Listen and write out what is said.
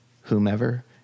whomever